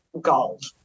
gold